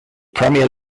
premier